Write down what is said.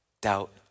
Doubt